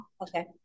okay